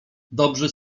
dobrzy